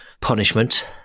punishment